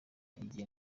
igihe